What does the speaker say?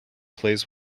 plays